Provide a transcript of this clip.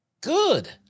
Good